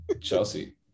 Chelsea